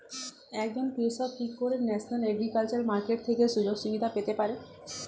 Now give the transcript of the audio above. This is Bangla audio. একজন কৃষক কি করে ন্যাশনাল এগ্রিকালচার মার্কেট থেকে সুযোগ সুবিধা পেতে পারে?